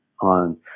on